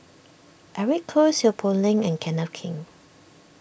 Eric Khoo Seow Poh Leng and Kenneth Keng